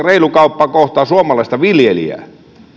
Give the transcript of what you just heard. reilu kauppa kohtaa suomalaista viljelijää